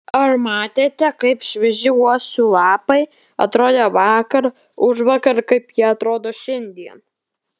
ar matėte kaip švieži uosių lapai atrodė vakar užvakar ir kaip jie atrodo šiandien